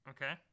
Okay